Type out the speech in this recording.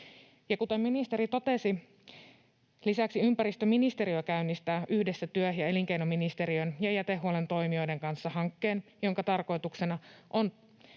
kuten ministeri totesi, lisäksi ympäristöministeriö käynnistää yhdessä työ- ja elinkeinoministeriön ja jätehuollon toimijoiden kanssa hankkeen, jonka tarkoituksena on